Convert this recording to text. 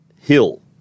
Hill